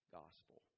gospel